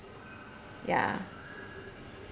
ya